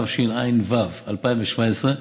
התשע"ו 2017,